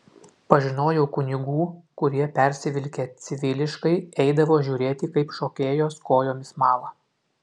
pažinojau kunigų kurie persivilkę civiliškai eidavo žiūrėti kaip šokėjos kojomis mala